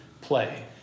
play